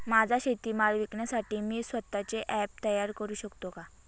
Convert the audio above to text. माझा शेतीमाल विकण्यासाठी मी स्वत:चे ॲप तयार करु शकतो का?